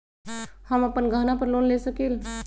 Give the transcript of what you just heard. हम अपन गहना पर लोन ले सकील?